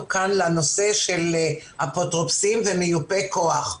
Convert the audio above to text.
כאן לנושא של אפוטרופוסים ומיופי כוח.